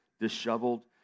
disheveled